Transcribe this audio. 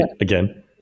Again